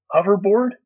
hoverboard